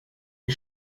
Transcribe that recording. wie